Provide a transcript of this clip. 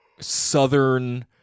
southern